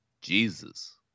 Jesus